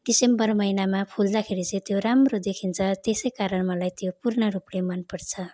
दिसम्बर महिनामा फुल्दाखेरि चाहिँ त्यो राम्रो देखिन्छ त्यसै कारण मलाई त्यो पूर्ण रूपले मनपर्छ